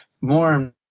more